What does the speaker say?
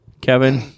Kevin